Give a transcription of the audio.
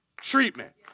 Treatment